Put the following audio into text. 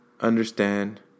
understand